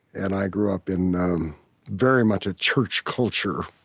and i grew up in um very much a church culture.